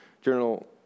Journal